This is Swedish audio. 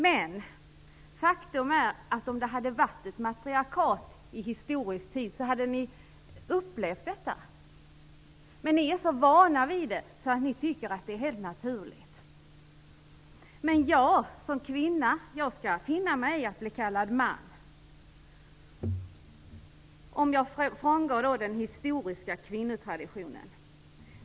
Men faktum är att om det hade varit ett matriarkat i historisk tid hade ni upplevt detta. Men ni är så vana att ni tycker att det är helt naturlig. Men jag som kvinna skall finna mig i att bli kallad man, om jag frångår den historiska kvinnotraditionen.